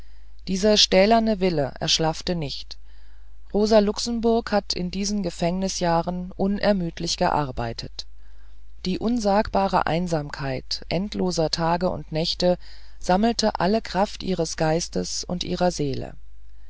dieser stählerne wille erschlaffte nicht rosa luxemburg hat in diesen gefängnisjahren unermüdlich gearbeitet die unsagbare einsamkeit endloser tage und nächte sammelte alle kräfte ihres geistes und ihrer seele